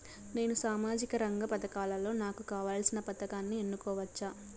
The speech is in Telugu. నేను సామాజిక రంగ పథకాలలో నాకు కావాల్సిన పథకాన్ని ఎన్నుకోవచ్చా?